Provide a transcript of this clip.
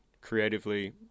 creatively